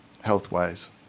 health-wise